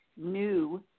new